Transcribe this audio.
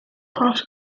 part